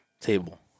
table